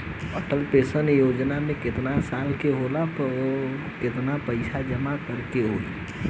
Atal pension Yojana मे केतना साल के होला पर केतना पईसा जमा करे के होई?